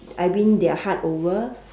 I win their heart over